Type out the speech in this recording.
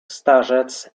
starzec